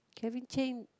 Kelvin-Cheng